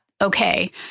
okay